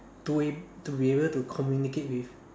to be to be able to communicate with